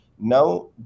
Now